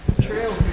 True